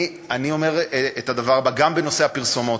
אני אומר את הדבר הבא: גם בנושא הפרסומות,